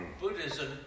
Buddhism